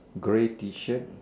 grey T shirt